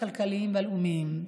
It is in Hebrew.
הכלכליים והלאומיים.